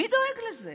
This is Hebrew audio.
מי דואג לזה?